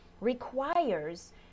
requires